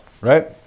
right